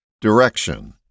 Direction